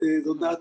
זאת דעתי.